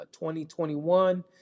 2021